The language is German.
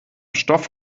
stoff